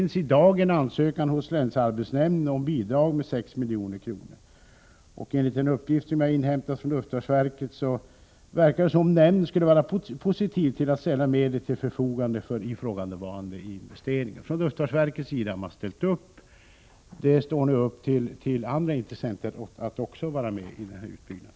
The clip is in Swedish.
Hos länsarbetsnämnden förefinns i dag en ansökan om bidrag med 6 milj.kr., och enligt en uppgift som jag inhämtat från luftfartsverket verkar det som om nämnden skulle vara positiv till att ställa medel till förfogande för ifrågavarande investeringar. Från luftfartsverkets sida har man alltså ställt upp när det gäller den här utbyggnaden, och det ankommer nu även på andra intressenter att göra det.